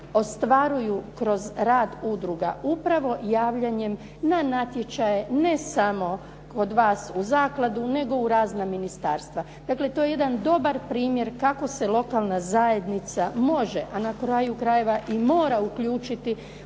ostvaruju kroz rad svojih udruga, upravo javljanjem na natječaje ne samo kod vas u zakladu, nego u razna ministarstva. Dakle, to je jedan dobar primjer kako se lokalna zajednica može, a na kraju krajeva i mora uključiti